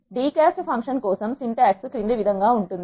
d cast function కోసం syntax క్రింది విధంగా ఉంటుంది